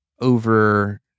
over